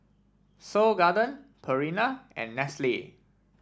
Seoul Garden Purina and Nestle